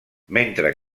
mentre